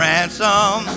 Ransom